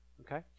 Okay